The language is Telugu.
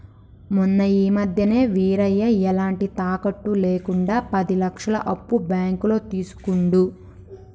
మొన్న ఈ మధ్యనే వీరయ్య ఎలాంటి తాకట్టు లేకుండా పది లక్షల అప్పు బ్యాంకులో తీసుకుండు